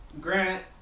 Grant